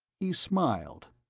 he smiled,